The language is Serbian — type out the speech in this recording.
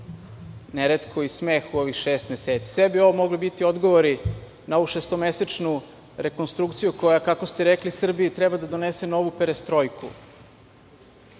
ne retko i smeh u ovih šest meseci. Sve bi ovo biti odgovori na ovu šestomesečnu rekonstrukciju koja, kako ste rekli, Srbiji treba da donese novu perestrojku. Nismo